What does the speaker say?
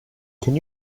can